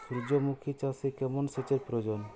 সূর্যমুখি চাষে কেমন সেচের প্রয়োজন?